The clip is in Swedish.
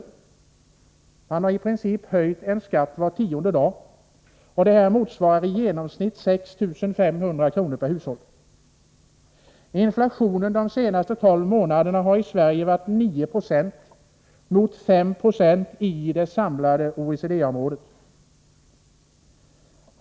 I princip har man höjt en skatt var tionde dag. Det här motsvarar i genomsnitt 6 500 kr. per hushåll. Inflationen i Sverige har under de senaste tolv månaderna legat på 9 96. Det skall jämföras med 5 96 i det samlade OECD-området.